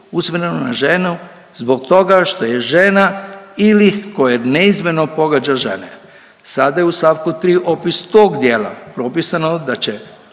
usmjereno na ženu zbog toga što je žena ili koja neizmjerno pogađa žene. Sada je u st. 3 opis tog djela propisano da će